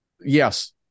yes